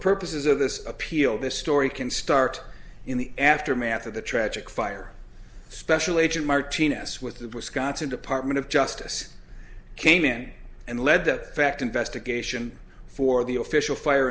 purposes of this appeal this story can start in the aftermath of the tragic fire special agent martinez with the wisconsin department of justice came in and led the fact investigation for the official fire